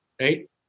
right